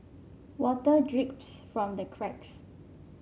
water drips from the cracks